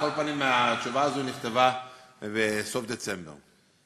על כל פנים, התשובה הזו נכתבה בסוף דצמבר.